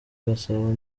gasabo